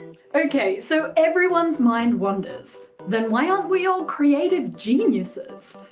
ok, so everyone's mind wanders. then why aren't we all creative geniuses?